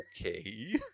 Okay